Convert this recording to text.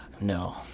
No